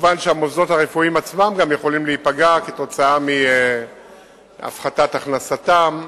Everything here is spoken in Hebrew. כמובן שהמוסדות הרפואיים עצמם גם יכולים להיפגע מהפחתת הכנסתם.